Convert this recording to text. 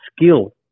skill